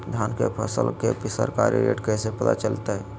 धान के फसल के सरकारी रेट कैसे पता चलताय?